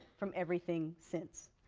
from everything since.